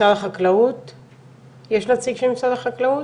זה בכל המגזרים.